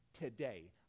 today